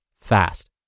fast